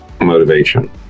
motivation